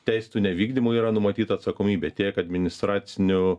teisėtų nevykdymo yra numatyta atsakomybė tiek administracinių